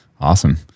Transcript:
Awesome